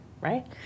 right